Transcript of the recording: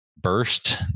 Burst